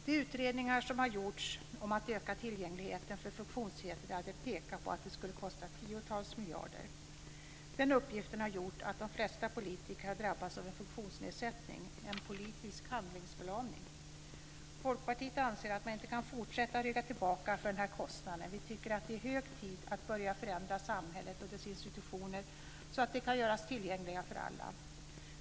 De utredningar som har gjorts om att öka tillgängligheten för funktionshindrade pekar på att det skulle kosta tiotals miljarder. Den uppgiften har gjort att de flesta politiker har drabbats av en funktionsnedsättning, en politisk handlingsförlamning. Folkpartiet anser att man inte kan fortsätta att rygga tillbaka för den här kostnaden. Vi tycker att det är hög tid att börja förändra samhället och dess institutioner så att de kan göras tillgängliga för alla.